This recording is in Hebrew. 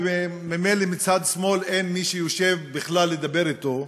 ממילא מצד שמאל אין מי שיושב בכלל לדבר אתו,